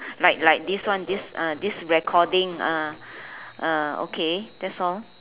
like like this one this ah this recording ah ah okay that's all